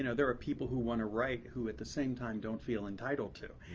you know there are people who want to write who at the same time don't feel entitled to.